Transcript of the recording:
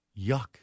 Yuck